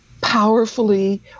powerfully